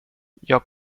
jag